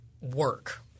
work